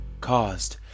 Caused